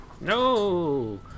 No